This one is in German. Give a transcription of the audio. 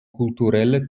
kulturelle